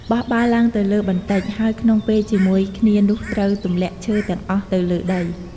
បោះបាល់ឡើងទៅលើបន្តិច ហើយក្នុងពេលជាមួយគ្នានោះត្រូវទម្លាក់ឈើទាំងអស់ទៅលើដី។